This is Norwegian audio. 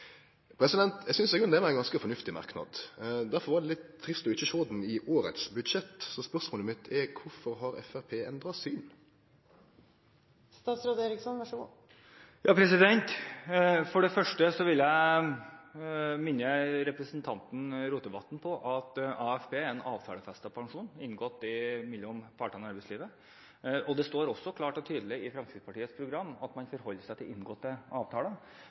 grunnen det var ein ganske fornuftig merknad. Derfor var det litt trist ikkje å sjå han i årets budsjett. Spørsmålet mitt er: Kvifor har Framstegspartiet endra syn? For det første vil jeg minne representanten Rotevatn på at AFP er en avtalefestet pensjon, inngått mellom partene i arbeidslivet. Det står også klart og tydelig i Fremskrittspartiets program at man forholder seg til inngåtte avtaler,